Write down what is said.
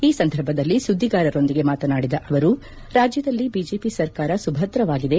ಈ ಸಂದರ್ಭದಲ್ಲಿ ಸುದ್ದಿಗಾರರೊಂದಿಗೆ ಮಾತನಾಡಿದ ಅವರು ರಾಜ್ಯದಲ್ಲಿ ಬಿಜೆಪಿ ಸರ್ಕಾರ ಸುಭದ್ರವಾಗಿದೆ